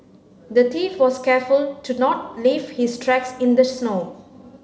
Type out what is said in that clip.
the thief was careful to not leave his tracks in the snow